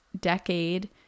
decade